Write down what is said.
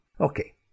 Okay